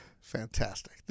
Fantastic